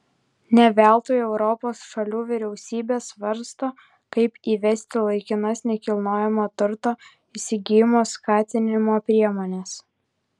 ne veltui europos šalių vyriausybės svarsto kaip įvesti laikinas nekilnojamojo turto įsigijimo skatinimo priemones